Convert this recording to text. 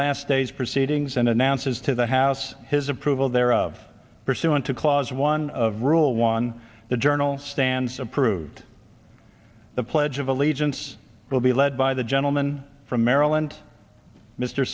last days proceedings and announces to the house his approval thereof pursuant to clause one of rule one the journal stands approved the pledge of allegiance will be led by the gentleman from maryland mr